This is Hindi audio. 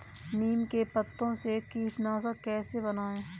नीम के पत्तों से कीटनाशक कैसे बनाएँ?